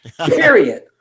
Period